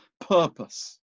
purpose